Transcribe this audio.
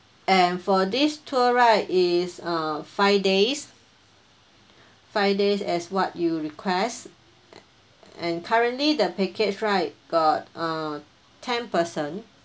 and for this tour right is uh five days five days as what you request an~ and currently the package right got uh ten person